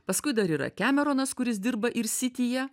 paskui dar yra kemeronas kuris dirba ir sityje